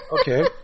Okay